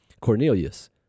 Cornelius